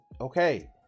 Okay